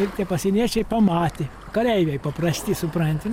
ir kai pasieniečiai pamatė kareiviai paprasti supranti